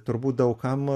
turbūt daug kam